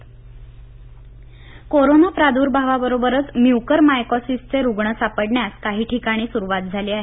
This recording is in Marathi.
चंद्रपर कोरोना कोरोना प्रादुर्भावाबरोबरच म्युकरमायकॉसिसचे रुग्ण सापडण्यास काही ठिकाणी सुरवात झाली आहे